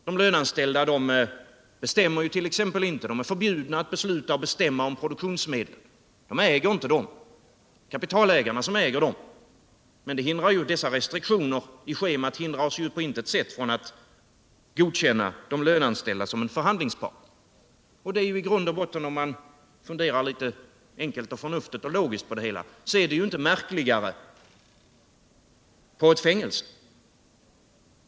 De löneanställda är ju t.ex. förbjudna att besluta och bestämma om produktionsmedlen. De äger inte dem — det är kapitalägarna som äger dem. Men dessa restriktioner i schemat hindrar oss ju på intet sätt att godkänna de löneanställda som förhandlingspart. Om man funderar enkelt, förnuftigt och logiskt på det hela så finner man att det i grund och botten inte är märkligare på ett fängelse.